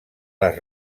les